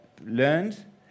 learned